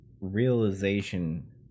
realization